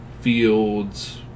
Fields